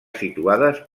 situades